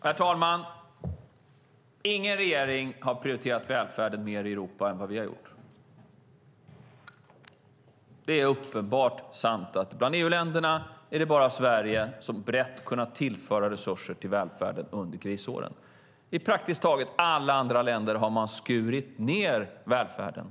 Herr talman! Ingen regering har prioriterat välfärden mer i Europa än vad vi har gjort. Det är uppenbart sant att det bland EU-länderna bara är Sverige som brett har kunnat tillföra resurser till välfärden under krisåren. I praktiskt taget alla andra länder har man skurit ned välfärden.